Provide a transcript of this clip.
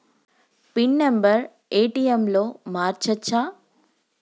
Pin number ATM లో మార్చచ్చా?